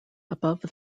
above